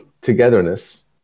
togetherness